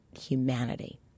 humanity